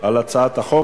על הצעת החוק.